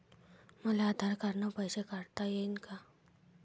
मले आधार न पैसे काढता येईन का?